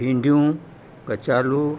भिंडियूं कचालू